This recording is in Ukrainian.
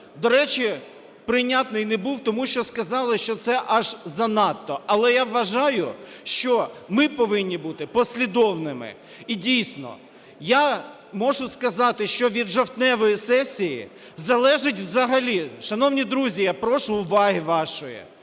до речі, прийнятний не був, тому що сказали, що це аж занадто. Але я вважаю, що ми повинні бути послідовними. І, дійсно, я можу сказати, що від жовтневої сесії залежить взагалі (шановні друзі, я прошу уваги вашої),